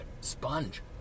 sponge